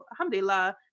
alhamdulillah